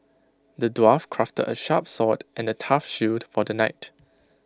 the dwarf crafted A sharp sword and A tough shield for the knight